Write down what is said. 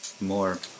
more